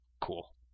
cool